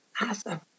awesome